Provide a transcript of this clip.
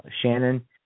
Shannon